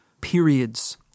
periods